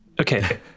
Okay